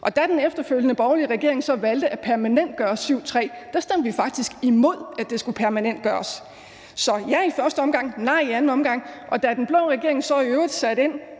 da den efterfølgende borgerlige regering så valgte at permanentgøre § 7, 3, stemte vi faktisk imod, at det skulle permanentgøres. Så svaret er ja i første omgang, nej i anden omgang. Og da den blå regering så i øvrigt satte ind